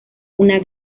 una